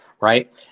Right